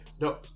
No